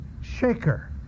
shaker